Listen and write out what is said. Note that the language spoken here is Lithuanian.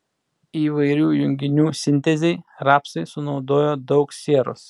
įvairių junginių sintezei rapsai sunaudoja daug sieros